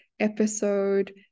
episode